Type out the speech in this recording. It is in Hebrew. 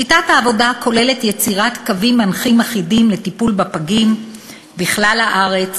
שיטת העבודה כוללת יצירת קווים מנחים אחידים לטיפול בפגים בכלל הארץ,